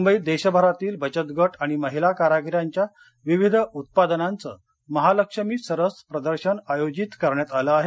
मुंबईत देशभरातील बचतगट आणि महिला कारागिरांच्या विविध उत्पादनांच महालक्ष्मी सरस प्रदर्शन आयोजित करण्यात आलं आहे